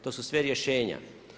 To su sve rješenja.